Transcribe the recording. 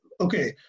okay